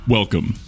Welcome